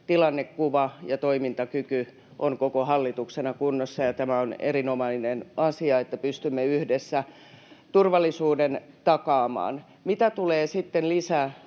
tilannekuva ja toimintakyky ovat koko hallituksena kunnossa. Tämä on erinomainen asia, että pystymme yhdessä turvallisuuden takaamaan. Mitä tulee sitten